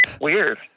weird